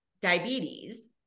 diabetes